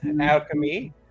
alchemy